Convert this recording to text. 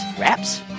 wraps